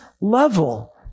level